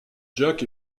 jack